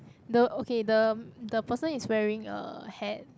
the okay the the person is wearing a hat